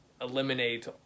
eliminate